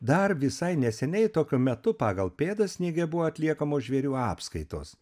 dar visai neseniai tokiu metu pagal pėdas sniege buvo atliekamos žvėrių apskaitos